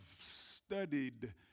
studied